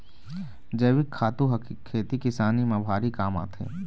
जइविक खातू ह खेती किसानी म भारी काम आथे